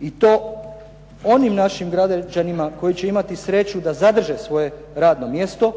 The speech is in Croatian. i to onim našim građanima koji će imati sreću da zadrže svoje radno mjesto